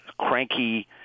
cranky